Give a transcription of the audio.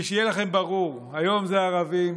שיהיה לכם ברור, היום זה הערבים,